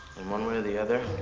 and one way or the other,